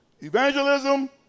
Evangelism